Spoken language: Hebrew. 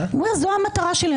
הוא אומר: זאת המטרה שלי,